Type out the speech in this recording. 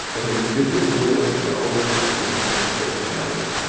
and this is when i felt stings, on both thighs,